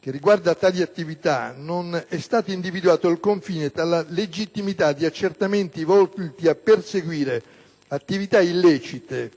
che, riguardo a tali attività, non è stato individuato il confine tra la legittimità di accertamenti volti a perseguire attività illecite